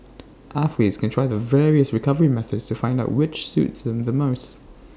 athletes can try the various recovery methods to find out which suits them the most